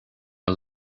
are